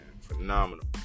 Phenomenal